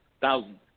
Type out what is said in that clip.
thousands